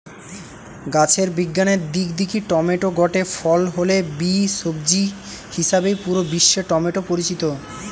গাছের বিজ্ঞানের দিক দিকি টমেটো গটে ফল হলে বি, সবজি হিসাবেই পুরা বিশ্বে টমেটো পরিচিত